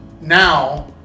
now